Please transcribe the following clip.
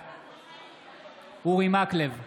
בעד אורי מקלב,